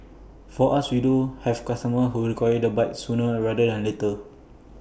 for us we do have customers who require the bike sooner rather than later